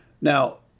Now